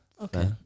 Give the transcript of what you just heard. Okay